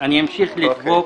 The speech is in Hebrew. אני אמשיך לדבוק